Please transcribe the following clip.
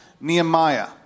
Nehemiah